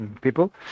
people